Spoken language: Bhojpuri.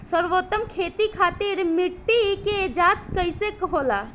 सर्वोत्तम खेती खातिर मिट्टी के जाँच कइसे होला?